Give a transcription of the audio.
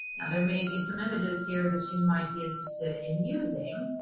now there may be some images here that you might be interested in using,